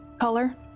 color